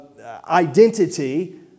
identity